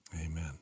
Amen